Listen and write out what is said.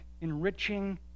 enriching